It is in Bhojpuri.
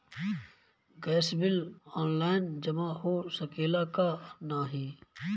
गैस बिल ऑनलाइन जमा हो सकेला का नाहीं?